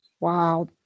Wow